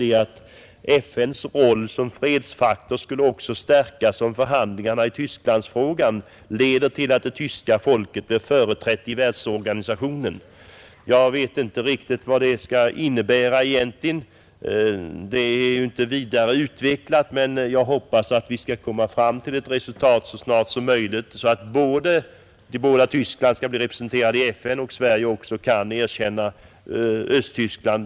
Där står: ”FN:s roll som fredsfaktor skulle också stärkas om förhandlingarna i Tysklandsfrågan leder till att det tyska folket blir företrätt i världsorganisationen.” Jag vet inte riktigt vad det egentligen skall innebära — det är inte vidare utvecklat — men jag hoppas att vi skall komma fram till ett resultat så snart som möjligt, så att både Västoch Östtyskland blir representerade i FN och Sverige kan erkänna Östtyskland.